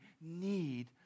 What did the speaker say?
need